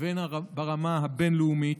והן ברמה הבין-לאומית,